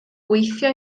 gweithio